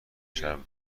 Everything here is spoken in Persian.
شراب